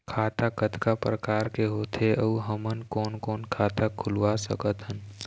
खाता कतका प्रकार के होथे अऊ हमन कोन कोन खाता खुलवा सकत हन?